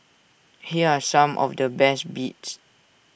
here are some of the best bits